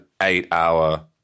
eight-hour